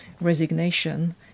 resignation